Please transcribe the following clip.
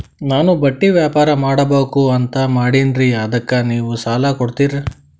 ನಾನು ಬಟ್ಟಿ ವ್ಯಾಪಾರ್ ಮಾಡಬಕು ಅಂತ ಮಾಡಿನ್ರಿ ಅದಕ್ಕ ನೀವು ಸಾಲ ಕೊಡ್ತೀರಿ?